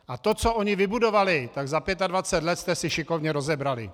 A to, co oni vybudovali, tak za 25 let jste si šikovně rozebrali!